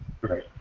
Right